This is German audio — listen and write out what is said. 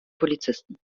polizisten